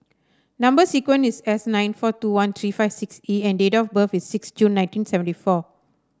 number sequence is S nine four two one three five six E and date of birth is six June nineteen seventy four